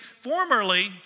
formerly